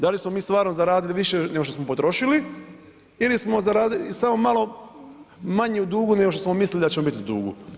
Da li smo mi stvarno zaradili više nego što smo potrošili ili smo samo malo manje u dugu nego što smo mislili da ćemo biti u dugu?